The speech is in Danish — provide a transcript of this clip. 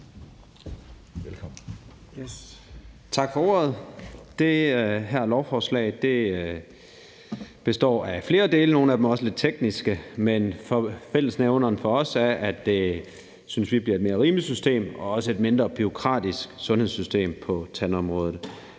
Melson (V): Tak for ordet. Det her lovforslag består af flere dele, hvoraf nogle af dem også er lidt tekniske, men for os er fællesnævneren, at vi synes, at det bliver et mere rimeligt og også mindre bureaukratisk sundhedssystem på tandområdet.